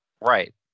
Right